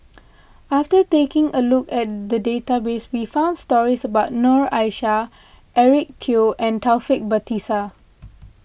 after taking a look at the database we found stories about Noor Aishah Eric Teo and Taufik Batisah